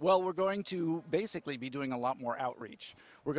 well we're going to basically be doing a lot more outreach we're